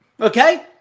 Okay